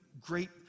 great